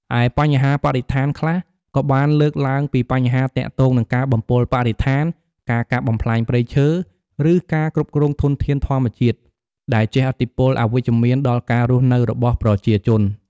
ឯបញ្ហាបរិស្ថានខ្លះក៏បានលើកឡើងពីបញ្ហាទាក់ទងនឹងការបំពុលបរិស្ថាន ការកាប់បំផ្លាញព្រៃឈើ ឬការគ្រប់គ្រងធនធានធម្មជាតិ ដែលជះឥទ្ធិពលអវិជ្ជមានដល់ការស់នៅរបស់ប្រជាជន ។